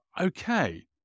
okay